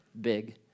big